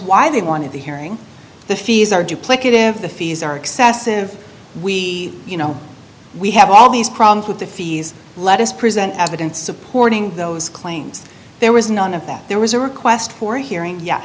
why they wanted the hearing the fees are duplicative the fees are excessive we you know we have all these problems with the fees let us present evidence supporting those claims there was none of that there was a request for a hearing ye